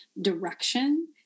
direction